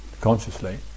consciously